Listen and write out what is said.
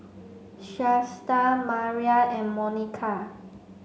Shasta Maria and Monica